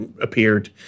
appeared